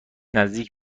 نزدیک